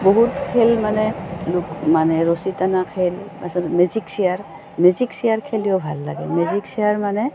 বহুত খেল মানে লোক মানে ৰছী টানা খেল তাৰছত মিউজিক চেয়াৰ মিউজিক চেয়াৰ খেলিও ভাল লাগে মিউজিক চেয়াৰ মানে